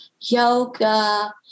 yoga